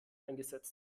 eingesetzt